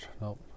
Nope